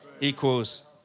equals